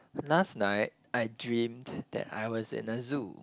last night I dreamed that I was in a zoo